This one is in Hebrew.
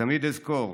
ותמיד אזכור